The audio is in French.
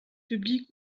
publiques